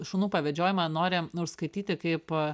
šunų pavedžiojimą nori užskaityti kaip